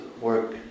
work